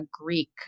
Greek